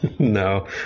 No